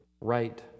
right